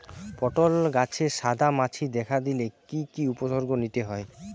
পটল গাছে সাদা মাছি দেখা দিলে কি কি উপসর্গ নিতে হয়?